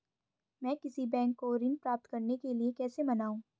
मैं किसी बैंक को ऋण प्राप्त करने के लिए कैसे मनाऊं?